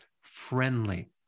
friendly